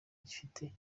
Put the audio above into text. gifite